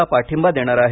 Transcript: ला पाठिंबा देणार आहे